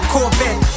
Corvette